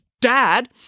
dad